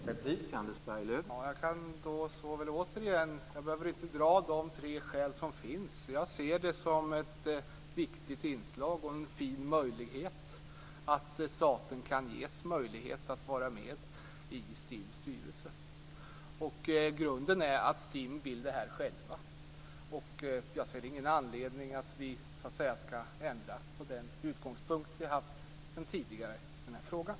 Herr talman! Jag behöver inte återigen föredra de tre kriterier som finns. Jag ser det som ett fint och viktigt inslag att staten ges möjlighet att vara med i STIM:s styrelse. Grunden härtill är att STIM självt vill detta. Jag ser ingen anledning till att vi skall ändra den utgångspunkt som vi haft sedan tidigare i den här frågan.